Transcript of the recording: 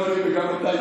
גם אני וגם אתה,